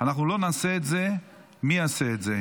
אם אנחנו לא נעשה את זה, מי יעשה את זה?